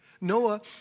Noah